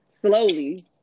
Slowly